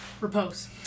Repose